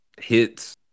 hits